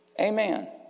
Amen